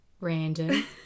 random